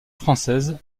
française